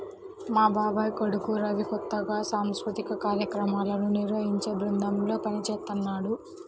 మా బాబాయ్ కొడుకు రవి కొత్తగా సాంస్కృతిక కార్యక్రమాలను నిర్వహించే బృందంలో పనిజేత్తన్నాడు